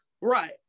Right